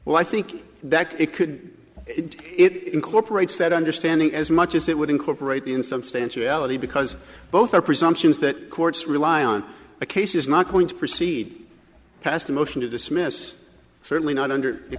well i think that it could it incorporates that understanding as much as it would incorporate the in some stance reality because both are presumptions that courts rely on a case is not going to proceed past a motion to dismiss certainly not under